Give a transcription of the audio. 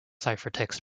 ciphertext